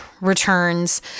returns